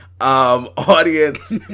Audience